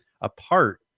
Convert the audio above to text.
apart